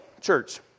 church